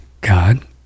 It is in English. God